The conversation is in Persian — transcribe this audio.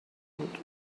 بود